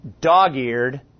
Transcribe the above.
dog-eared